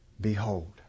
Behold